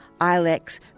Ilex